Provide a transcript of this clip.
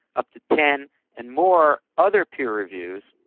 up to ten and more other peer reviews,